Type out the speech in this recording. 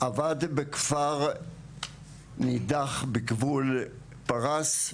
עבד בכפר נידח, בגבול פרס,